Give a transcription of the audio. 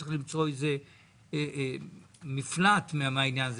צריך למצוא מפלט מהעניין הזה,